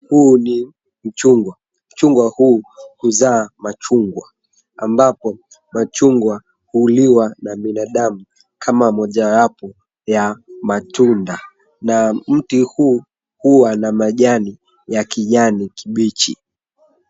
Huu ni mchungwa mchungwa huu huzaa machungwa ambapo machungwa huliwa na binadamu kama mojayapo ya matunda na mti huu huwa na majani ya kijani kibichi.